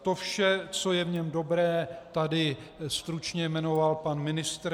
To vše, co je v něm dobré, tady stručně jmenoval pan ministr.